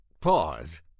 pause